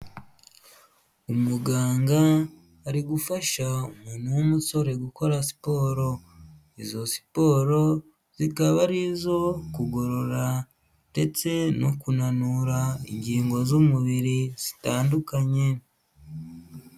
Umuganga ari gufasha umuntu w'umusore gukora siporo izo siporo zikaba ari izo kugorora ndetse no kunanura ingingo z'umubiri zitandukanye.